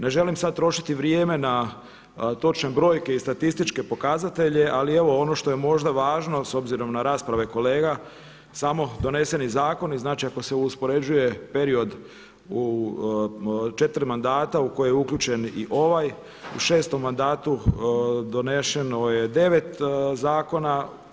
Ne želim sad trošiti vrijeme na točne brojke i statističke pokazatelje, ali evo ono što je možda važno s obzirom na rasprave kolega samo doneseni zakoni, znači ako se uspoređuje period u četiri mandata u koji je uključen i ovaj, u šestom mandatu donešeno je 9 zakona.